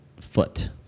foot